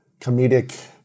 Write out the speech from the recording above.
comedic